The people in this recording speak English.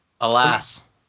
Alas